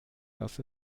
dass